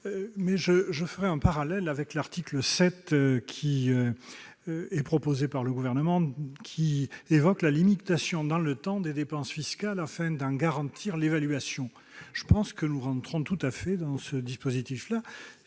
Je ferai un parallèle avec l'article 7 proposé par le Gouvernement, qui prévoit la limitation dans le temps des dépenses fiscales afin d'en garantir l'évaluation. Notre amendement entre tout à fait dans ce dispositif